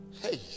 Hey